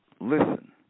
listen